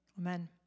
Amen